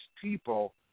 people